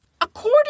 according